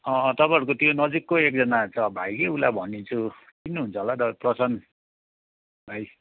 तपाईँहरूको त्यो नजिकको एकजना छ भाइ कि उसलाई भनिदिन्छु चिन्नु हुन्छ होला प्रसान्त भाइ